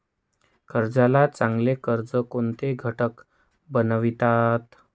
कर्जाला चांगले कर्ज कोणते घटक बनवितात?